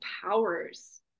powers